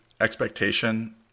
expectation